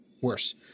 worse